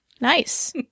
nice